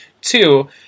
Two